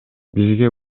бизге